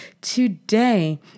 today